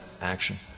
action